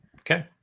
okay